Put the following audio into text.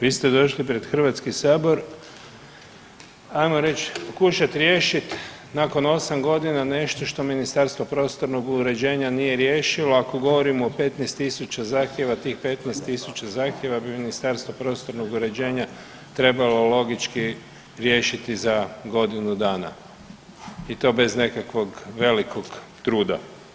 Vi ste došli pred Hrvatski sabor ajmo reći pokušat riješit nakon 8 godina nešto što Ministarstvo prostornog uređenja nije riješilo ako govorimo o 15.000 zahtjeva, tih 15.000 zahtjeva bi Ministarstvo prostornog uređenja bi trebalo logički riješiti za godinu dana i to bez nekakvog velikog truda.